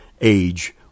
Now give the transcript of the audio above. Age